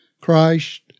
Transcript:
Christ